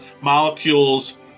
Molecules